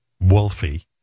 Wolfie